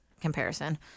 comparison